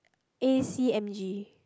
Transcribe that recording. A_C M_G